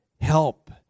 help